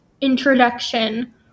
introduction